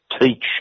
teach